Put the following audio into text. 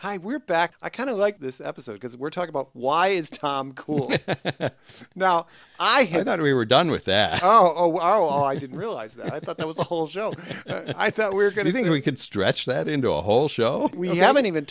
hi we're back i kind of like this episode because we're talking about why is tom cool now i hear that we were done with that oh i didn't realize i thought that was the whole joke i thought we were going to think we could stretch that into a whole show we haven't even